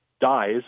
dies